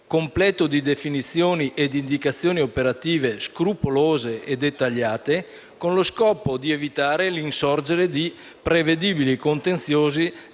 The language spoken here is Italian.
completo di definizioni e di indicazioni operative scrupolose e dettagliate, con lo scopo di evitare l'insorgere di prevedibili contenziosi